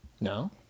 No